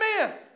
Amen